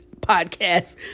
podcast